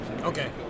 Okay